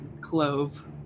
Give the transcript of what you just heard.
clove